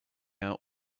out